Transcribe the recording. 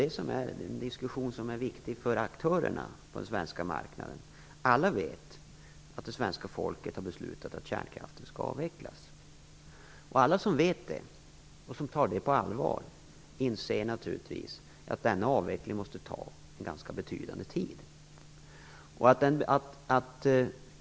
Det är den diskussionen som är viktig för aktörerna på den svenska marknaden. Alla vet att det svenska folket har beslutat att kärnkraften skall avvecklas. Alla som vet det och som tar det på allvar inser naturligtvis att denna avveckling måste ta betydande tid.